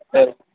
சரி